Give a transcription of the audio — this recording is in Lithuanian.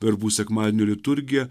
verbų sekmadienio liturgija